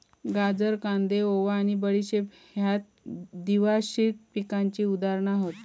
गाजर, कांदे, ओवा आणि बडीशेप हयते द्विवार्षिक पिकांची उदाहरणा हत